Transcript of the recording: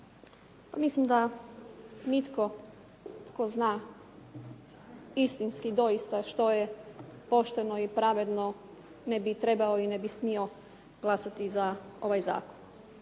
mislim da nitko tko zna istinski doista što je pošteno i pravedno ne bi trebao i ne bi smio glasati za ovaj zakon.